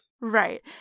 Right